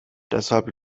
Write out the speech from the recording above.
deshalb